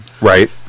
Right